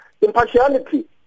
impartiality